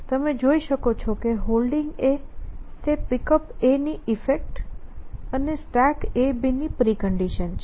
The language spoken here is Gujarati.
તમે જોઈ શકો છો કે Holding તે Pickup ની ઈફેક્ટ અને StackAB ની પ્રિકન્ડિશન છે